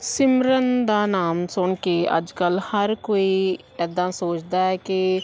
ਸਿਮਰਨ ਦਾ ਨਾਮ ਸੁਣ ਕੇ ਅੱਜ ਕੱਲ੍ਹ ਹਰ ਕੋਈ ਇੱਦਾਂ ਸੋਚਦਾ ਹੈ ਕਿ